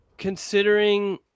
Considering